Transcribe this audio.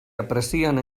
aprecien